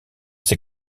ces